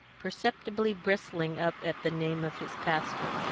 perceptibly bristling up at the name of his pastor.